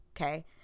Okay